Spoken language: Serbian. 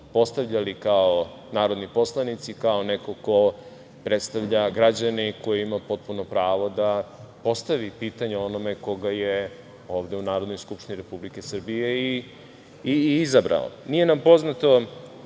postavljali kao narodni poslanici, kao neko ko predstavlja građane i ko ima potpuno pravo da postavi pitanje onome koga je ovde u Narodnoj skupštini Republike Srbije i izabrao. Nije nam poznato